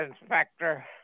Inspector